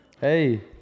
Hey